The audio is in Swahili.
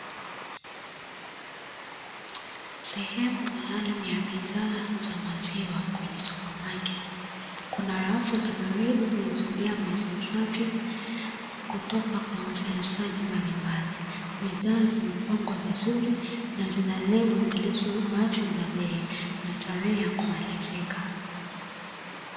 Sehemu maalumu ya bidhaa za maziwa kwenye supamaketi, kuna rafu za baridi zilizojaa maziwa safi kutoka kwa wazalishaji mbalimbali, bidhaa zimepangwa vizuri na zina lebo zilizo wazi za bei na tarehe ya kumalizika.